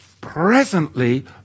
Presently